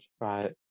Right